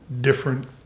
different